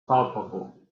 palpable